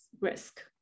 risk